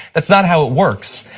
that's not how it works.